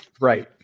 Right